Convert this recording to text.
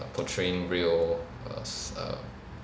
err portraying real err s~ err